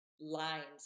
lines